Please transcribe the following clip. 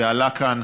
זה עלה כאן,